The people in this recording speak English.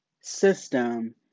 system